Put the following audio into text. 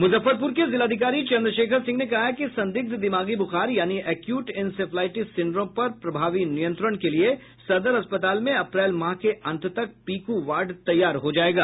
मुजफ्फरपुर के जिलाधिकारी चंद्रशेखर सिंह ने कहा है कि संदिग्ध दिमागी ब्रखार यानी एक्यूट इंसेफ्लाईटिस सिंड्रोम पर प्रभावी नियंत्रण के लिए सदर अस्पताल में अप्रैल माह के अंत तक पीकू वार्ड तैयार हो जाएगा